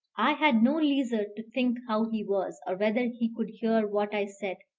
i had no leisure to think how he was, or whether he could hear what i said.